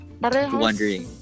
wondering